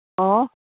ꯑꯣ